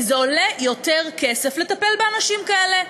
כי זה עולה יותר כסף לטפל באנשים כאלה.